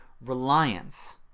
reliance